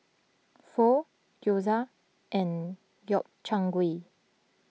Pho Gyoza and Gobchang Gui